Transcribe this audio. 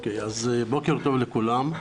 בוקר טוב לכולם.